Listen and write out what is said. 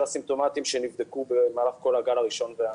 הסימפטומטיים שנבדקו במהלך כל הגל הראשון והשני.